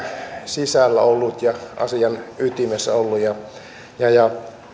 sisällä ollut ja asian ytimessä ollut ja ja